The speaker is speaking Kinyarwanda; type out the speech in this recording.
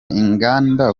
inganda